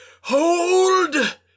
Hold